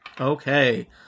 Okay